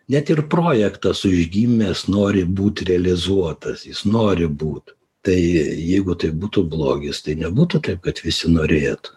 net ir projektas užgimęs nori būt realizuotas jis nori būt tai jeigu tai būtų blogis tai nebūtų taip kad visi norėtų